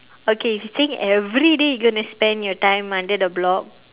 okay if you think everyday you going spend your time under the block